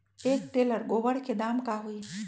एक टेलर गोबर के दाम का होई?